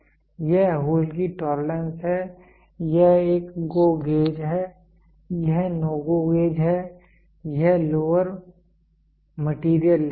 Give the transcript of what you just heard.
यह होल की टोलरेंस है यह एक GO गेज है यह NO GO गेज है और यह लोअर मटेरियल लिमिट है